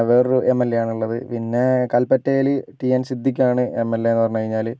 വേറൊരു M L A ആണ് ഉള്ളത് പിന്നെ കൽപ്പറ്റയിൽ ടി എൻ സിദ്ദിക്കാണ് എം എൽ എ എന്ന് പറഞ്ഞു കഴിഞ്ഞാൽ